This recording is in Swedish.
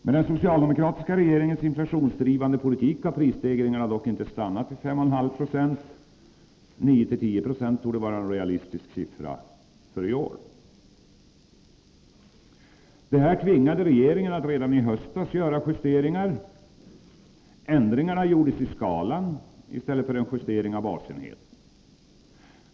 Med den socialdemokratiska regeringens inflationsdrivande politik har prisstegringarna dock inte stannat vid 5,5 96; 9 Z6 torde vara en realistisk siffra för i år. Detta tvingade redan i höstas regeringen att göra justeringar. Man gjorde ändringarna i skalan i stället för att justera basenheten.